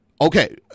Okay